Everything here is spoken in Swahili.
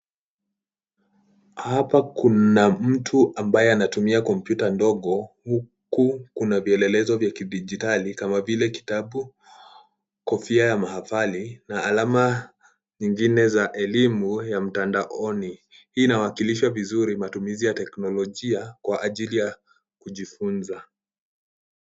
Hapa kuna mtu ambaye anatumia kompyuta ndogo huku kuna vielelezo vya kiditijali kama vile kitabu, kofia ya mahathari na alama nyingine za elimu ya mtandaoni hii inawakilishwa vizuri matumizi ya teknolojia kwa ajili ya kujifunza.